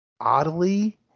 oddly